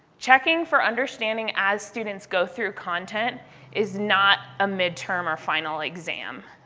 checking for understanding as students go through content is not a midterm or final exam.